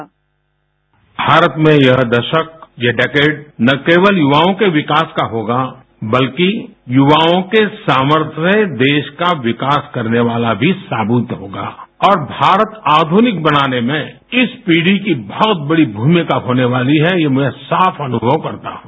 bite प्रधानमंत्री भारत में यह दशक ये डिकेड न केवल युवाओं के विकास का होगा बल्कि युवाओं के सामर्थ्य से देश का विकास करने वाला भी साबित होगा और भारत आघुनिक बनाने में इस पीढ़ी की बहुत बड़ी भूमिका होने वाली है ये मैं साफ अनुभव करता हूँ